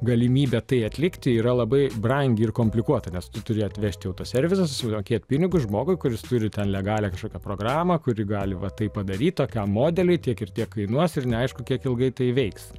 galimybė tai atlikti yra labai brangi ir komplikuota nes tu turi atvežti į autoservisą susimokėt pinigus žmogui kuris turi ten legalią kažkokią programą kuri gali va taip padaryt tokiam modeliui tiek ir tiek kainuos ir neaišku kiek ilgai tai veiks